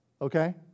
Okay